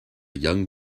young